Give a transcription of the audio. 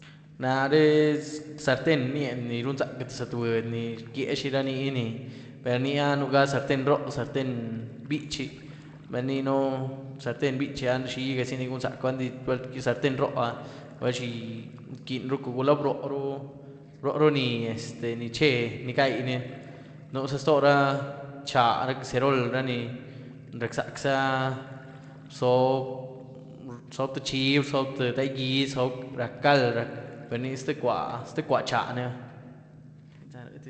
Naré zarten rnía ní runzaca tïé zat´budy, ni rgyíee xira nii ah, per nyía nuga zarten ró, zarten bichí, bel inyíën zarten bichí áh xigazí ni gun´zacu baldi ba zarten ró áh bal xi iquinyrucu, gula broorú-broorú ni este ni che ni gainí, nuzá ztora nchaáh, caserol, ra ní rac´zac´za, rzoob, rzoob tïé chib, rzoob tïé ndai gyíedy, rac´cald rac´, perní ztïé cwa-ztïé cwa chaáh niba.